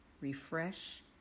refresh